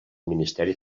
ministeri